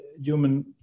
human